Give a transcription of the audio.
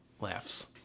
laughs